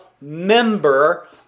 member